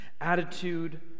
Attitude